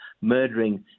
murdering